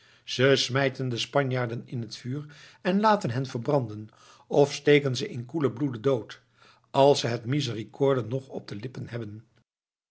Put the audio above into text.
ze smijten de spanjaarden in het vuur en laten hen verbranden of steken ze in koelen bloede dood als ze het misericorde nog op de lippen hebben